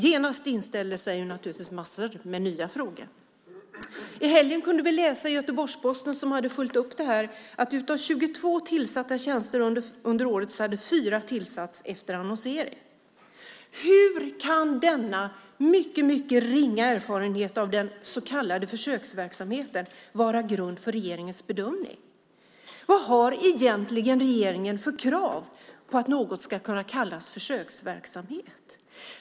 Genast inställer sig massor av nya frågor. I helgen kunde vi läsa i Göteborgs-Posten, som hade följt upp det här, att av 22 tillsatta tjänster under året hade 4 tillsatts efter annonsering. Hur kan denna mycket ringa erfarenhet av den så kallade försöksverksamheten vara grund för regeringens bedömning? Vad har egentligen regeringen för krav för att något ska kunna kallas försöksverksamhet?